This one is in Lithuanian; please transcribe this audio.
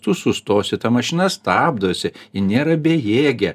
tu sustosi ta mašina stabdosi ji nėra bejėgė